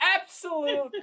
Absolute